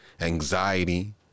anxiety